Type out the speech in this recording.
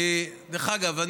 דרך אגב,